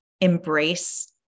embrace